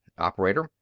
operator,